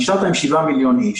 נשארים עם 7 מיליון איש.